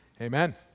Amen